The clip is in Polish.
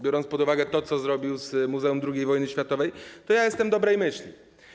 Biorąc pod uwagę to, co zrobił z Muzeum II Wojny Światowej, ja jestem dobrej myśli.